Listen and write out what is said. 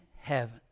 heaven